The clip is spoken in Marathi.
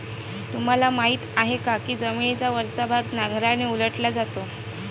तुम्हाला माहीत आहे का की जमिनीचा वरचा भाग नांगराने उलटला जातो?